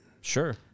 sure